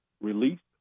released